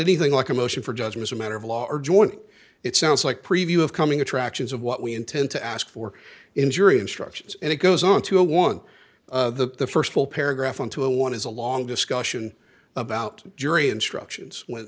anything like a motion for judgment or a matter of law or joint it sounds like a preview of coming attractions of what we intend to ask for in jury instructions and it goes on to a one the st full paragraph into a one is a long discussion about jury instructions when